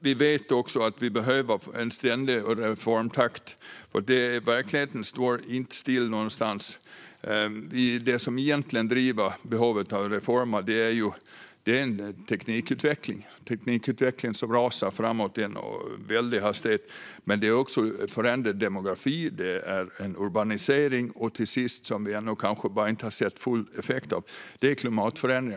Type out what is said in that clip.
Vi vet att vi behöver ha en ständig reformtakt. Verkligheten står inte still någonstans. Det som driver behovet av reformer är teknikutvecklingen, som går framåt i en rasande hastighet, men det är också förändrad demografi, urbanisering och till sist klimatförändringar, som vi kanske inte har sett den fulla effekten av ännu.